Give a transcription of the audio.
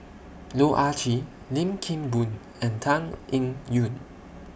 Loh Ah Chee Lim Kim Boon and Tan Eng Yoon